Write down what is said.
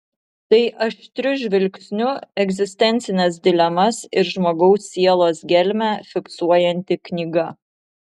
tai aštriu žvilgsniu egzistencines dilemas ir žmogaus sielos gelmę fiksuojanti knyga